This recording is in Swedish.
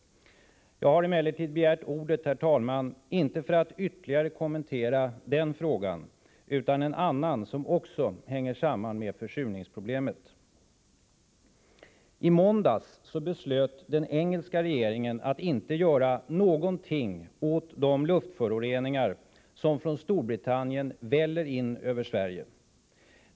Jag har emellertid begärt ordet inte för att ytterligare kommentera denna fråga, utan för att tala om ett annat spörsmål som också hänger samman med försurningsproblemet. I måndags beslöt den engelska regeringen att inte göra någonting åt de luftföroreningar som från Storbritannien väller in över Sverige.